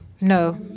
No